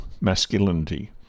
masculinity